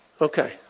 okay